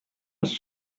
ask